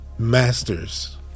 Masters